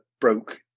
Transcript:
broke